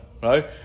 Right